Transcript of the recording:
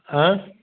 हा